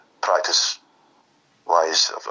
Practice-wise